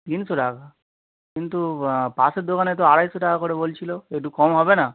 তিনশো টাকা কিন্তু পাশের দোকানে তো আড়াইশো টাকা করে বলছিলো একটু কম হবে না